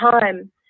time